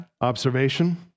observation